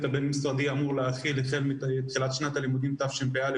הבין-משרדי אמור להחיל החל מתחילת שנת הלימודים תשפ"א,